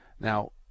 Now